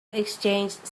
exchanged